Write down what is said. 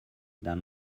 than